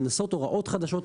לנסות הוראות חדשות.